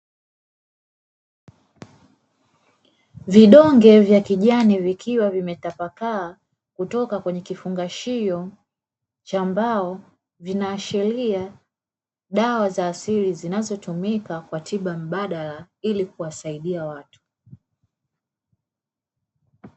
Vidonge vya kijani vikiwa vimetapakaa kutoka kwenye kifungashio cha mbao, vinaashiria dawa za asili zinazotumika kwa tiba mbadala ili kuwasaidia watu.